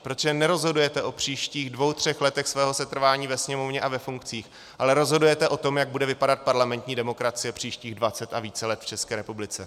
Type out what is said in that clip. Protože nerozhodujete o příštích dvou třech letech svého setrvání ve Sněmovně a ve funkcích, ale rozhodujete o tom, jak bude vypadat parlamentní demokracie příštích dvacet a více let v České republice.